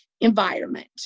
environment